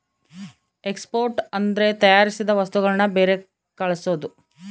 export ಅಂದ್ರೆ ತಯಾರಿಸಿದ ವಸ್ತುಗಳನ್ನು ಬೇರೆ ಕಳ್ಸೋದು